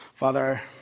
Father